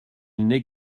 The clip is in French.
n’est